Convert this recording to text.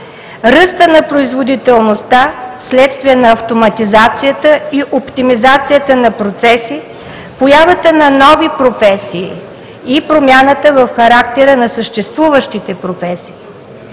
ръста на производителността, вследствие на автоматизацията и оптимизацията на процесите, появата на нови професии, и промяната в характера на съществуващите професии.